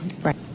Right